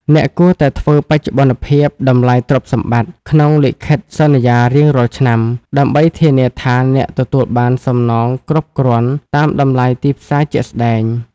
អ្នកគួរតែធ្វើបច្ចុប្បន្នភាព តម្លៃទ្រព្យសម្បត្តិ ក្នុងលិខិតសន្យារៀងរាល់ឆ្នាំ ដើម្បីធានាថាអ្នកទទួលបានសំណងគ្រប់គ្រាន់តាមតម្លៃទីផ្សារជាក់ស្ដែង។